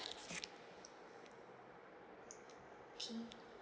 okay